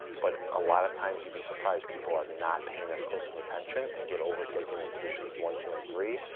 but a lot of times you'd be surprised. people are not paying as close of attention, and get overtaken in positions one, two, and three,